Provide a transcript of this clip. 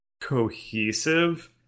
cohesive